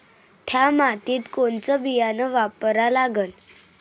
थ्या मातीत कोनचं बियानं वापरा लागन?